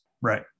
Right